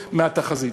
בעודף מהתחזית.